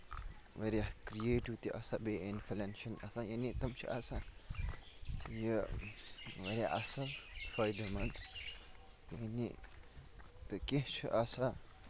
واریاہ کرِییٹِو تہِ آسان بیٚیہِ اِنفِلینشل آسان یعنی تِم چھِ آسان یہِ واریاہ اَصٕل فٲیدٕ منٛد یعنی تہٕ کیٚنٛہہ چھُ آسان